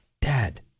Dad